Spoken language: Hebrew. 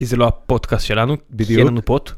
כי זה לא הפודקאסט שלנו, בדיוק, כי אין לנו פוד.